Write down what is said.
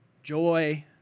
Joy